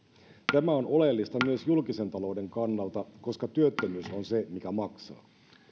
tämä on oleellista myös julkisen talouden kannalta koska työttömyys on se mikä maksaa